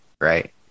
right